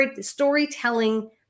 Storytelling